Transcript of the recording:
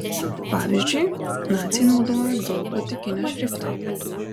pavyzdžiui naciai naudojo daug gotikinio šrifto